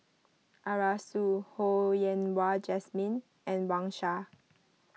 Arasu Ho Yen Wah Jesmine and Wang Sha